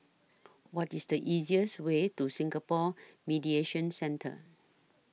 What IS The easiest Way to Singapore Mediation Centre